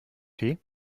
tee